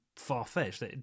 far-fetched